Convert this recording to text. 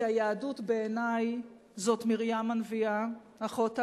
כי היהדות, בעיני, זאת מרים הנביאה, אחות אהרן,